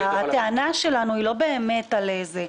הטענה שלנו היא לא באמת על זה.